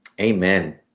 amen